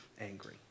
angry